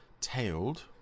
tailed